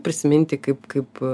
prisiminti kaip kaip